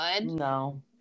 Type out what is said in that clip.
No